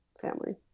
family